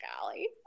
Golly